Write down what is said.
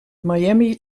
miami